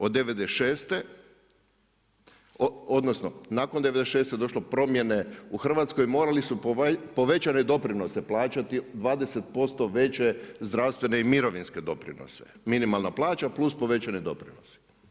Od '96., odnosno nakon '96. došlo je do promjene u Hrvatskoj, morali su povećane doprinose plaćati, 20% veće zdravstvene i mirovinske doprinose, minimalna plaća plus povećani doprinosi.